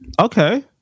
Okay